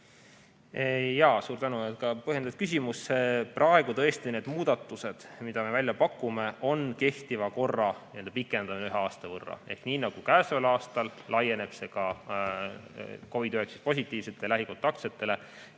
Jaa, suur tänu! Väga põhjendatud küsimus. Tõesti, need muudatused, mida me välja pakume, on kehtiva korra pikendamine ühe aasta võrra. Ehk nii nagu käesoleval aastal laieneb see COVID-19 positiivsete lähikontaktsetele,